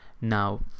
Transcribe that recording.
Now